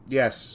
yes